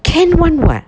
can [one] [what]